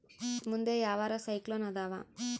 ಮುಂದೆ ಯಾವರ ಸೈಕ್ಲೋನ್ ಅದಾವ?